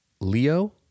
Leo